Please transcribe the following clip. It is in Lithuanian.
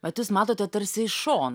bet jūs matote tarsi iš šon